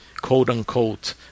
quote-unquote